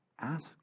Ask